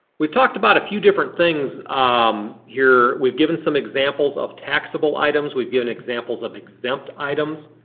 we talked about a few different things um here. we've given some examples of taxable items. we've given examples of exempt items.